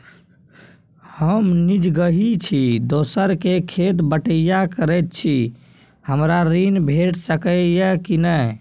हम निजगही छी, दोसर के खेत बटईया करैत छी, हमरा ऋण भेट सकै ये कि नय?